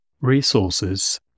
resources